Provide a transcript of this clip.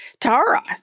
Tara